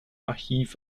archiv